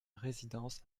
résidence